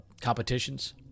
competitions